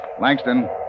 Langston